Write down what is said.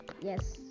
yes